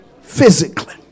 physically